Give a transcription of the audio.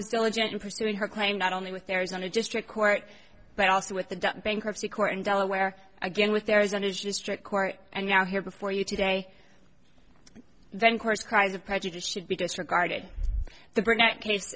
diligent in pursuing her claim not only with arizona district court but also with the bankruptcy court in delaware again with arizona's district court and now here before you today then course cries of prejudice should be disregarded the burnette case